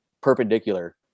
perpendicular